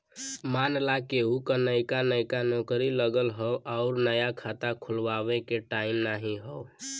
मान ला केहू क नइका नइका नौकरी लगल हौ अउर नया खाता खुल्वावे के टाइम नाही हौ